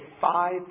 five